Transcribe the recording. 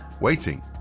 waiting